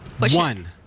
one